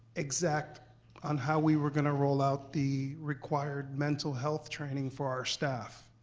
exact on how we were going to roll out the required mental health training for our staff.